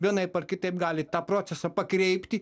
vienaip ar kitaip gali tą procesą pakreipti